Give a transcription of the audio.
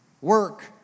Work